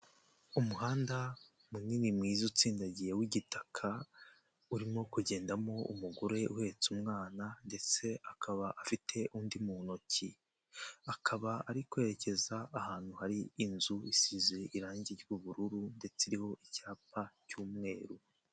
Umuhanda munini mwiza utsindagiye w'igitaka, urimo kugendamo umugore uhetse umwana ndetse akaba afite undi muntoki. Akaba ari kwerekeza ahantu hari inzu isize irangi ry'ubururu ndetse iriho icyapa cy'umweru.